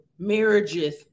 Marriages